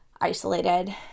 isolated